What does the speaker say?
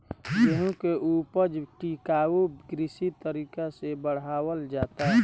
गेंहू के ऊपज टिकाऊ कृषि तरीका से बढ़ावल जाता